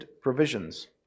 provisions